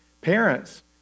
Parents